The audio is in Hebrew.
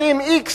לשים X גדול,